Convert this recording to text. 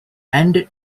ended